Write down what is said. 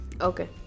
Okay